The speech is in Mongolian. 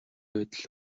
байдал